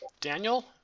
Daniel